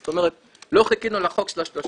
זאת אומרת לא חיכינו לחוק של ה-3%,